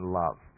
love